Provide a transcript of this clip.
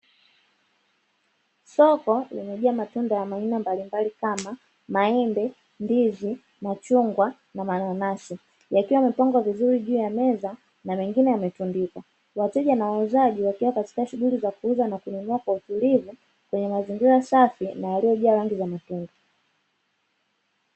Soko limejaa matunda ya aina mbalimbali kama maembe, ndizi, machungwa na mananasi yakiwa yamepangwa vizurri juu ya meza na mengine yametundikwa. Wateja na wauuzaji wakiwa katika shughuli za kuuza na kununua kwa utulivu kwenye mazingira safi na yaliyojaa rangi za matunda.